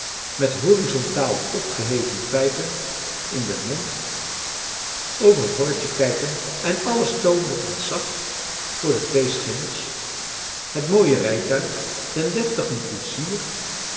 met horizontaal opgeheven pijpen in den mond over het horretje kijken en alles toonde ontzag voor de twee schimmels het mooie rijtuig den deftigen koetsier